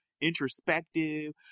introspective